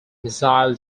missile